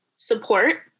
support